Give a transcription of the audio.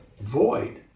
Void